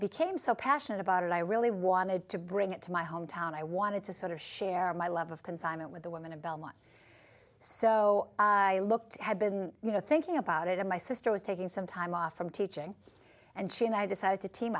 became so passionate about it i really wanted to bring it to my hometown i wanted to sort of share my love of consignment with the women of belmont so i looked had been you know thinking about it and my sister was taking some time off from teaching and she and i decided to team